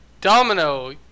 Domino